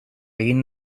egin